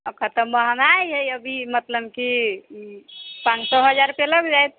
एखन तऽ महँगाइ हइ अभी मतलब कि पाँच सए हजार रुपैआ लागि जायत